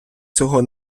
цього